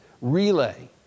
relay